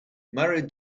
mare